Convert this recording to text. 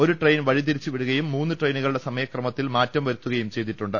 ഒരു ട്രെയിൻ വഴിതിരിച്ചുവിടുകയും മൂന്ന് ടെയിനുകളുടെ സമയക്രമത്തിൽ മാറ്റംവരുത്തുകയും ചെയ്തിട്ടുണ്ട്